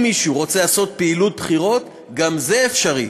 אם מישהו רוצה לעשות פעילות בחירות, גם זה אפשרי,